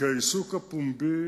כי העיסוק הפומבי